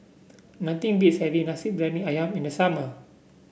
nothing beats having Nasi Briyani ayam in the summer